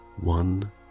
one